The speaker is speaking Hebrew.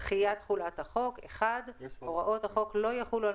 דחיית תחולת החוק הוראות החוק לא יחולו על